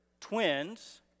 twins